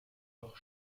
doch